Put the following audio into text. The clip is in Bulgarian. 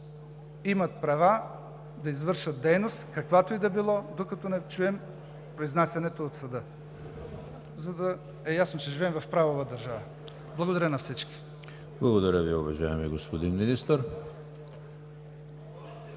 имат права да извършват дейност, каквато и да било, докато не чуем произнасянето от съда, за да е ясно, че живеем в правова държава. Благодаря на всички. ПРЕДСЕДАТЕЛ ЕМИЛ ХРИСТОВ: Благодаря Ви, уважаеми господин Министър.